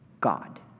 God